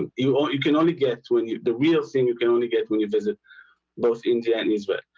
and you all you can only get when you the real thing you can only get when you visit both india and israel,